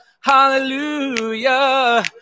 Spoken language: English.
hallelujah